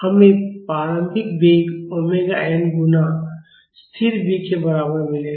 हमें प्रारंभिक वेग ओमेगा एन गुणा स्थिर बी के बराबर मिलेगा